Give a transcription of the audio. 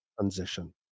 transition